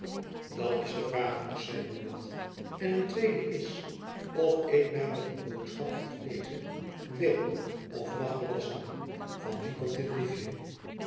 dat is de vraag nog zeide buat en een tweede is of ik my met een boodschap als deze wil of mag belasten van wien komt dit briefjen